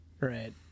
Right